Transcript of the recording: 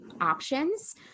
options